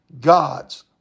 God's